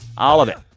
all of it.